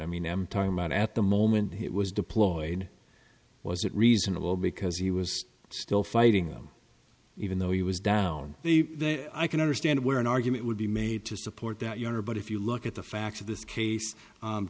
i mean i'm talking about at the moment he was deployed was it reasonable because he was still fighting them even though he was down there i can understand where an argument would be made to support that your honor but if you look at the facts of this case